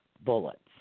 bullets